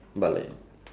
ya